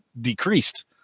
decreased